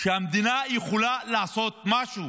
שהמדינה יכולה לעשות משהו.